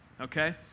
okay